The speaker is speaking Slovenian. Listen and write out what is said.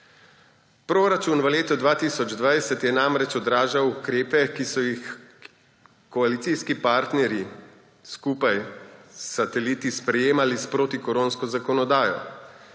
Proračun je v letu 2020 namreč odražal ukrepe, ki so jih koalicijski partnerji skupaj s sateliti sprejemali s protikoronsko zakonodajo,